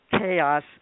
Chaos